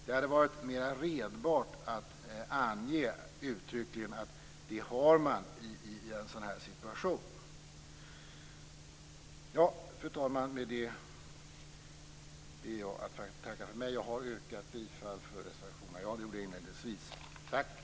Det hade varit mer redbart att uttryckligen ange att man har denna rätt i en sådan situation. Med detta ber jag att få tacka för mig. Jag har inledningsvis yrkat bifall till reservationerna.